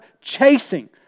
chasing